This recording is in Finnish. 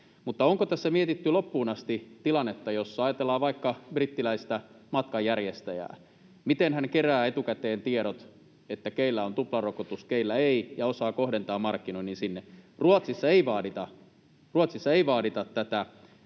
mutta onko tässä mietitty loppuun asti sellaista tilannetta, jos ajatellaan vaikka brittiläistä matkanjärjestäjää, että miten hän kerää etukäteen tiedot, keillä on tuplarokotus, keillä ei, ja osaa kohdentaa markkinoinnin sinne. Ruotsissa ei vaadita —